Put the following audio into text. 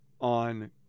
on